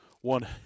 one